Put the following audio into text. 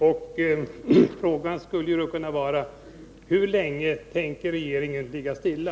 En fråga skulle kunna vara: Hur länge tänker regeringen ligga stilla?